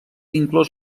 inclòs